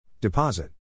Deposit